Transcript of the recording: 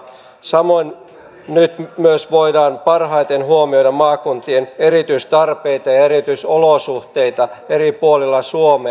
samoin nyt myös voidaan parhaiten huomioida maakuntien erityistarpeita ja erityisolosuhteita eri puolilla suomea